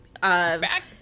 Back